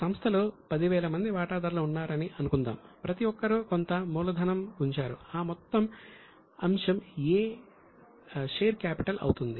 ఒక సంస్థలో 10000 మంది వాటాదారులు ఉన్నారని అనుకుందాం ప్రతి ఒక్కరూ కొంత మూలధనం ఉంచారు ఆ మొత్తం అంశం 'a' షేర్ క్యాపిటల్ అవుతుంది